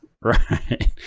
Right